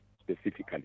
specifically